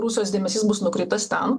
rusijos dėmesys bus nukreiptas ten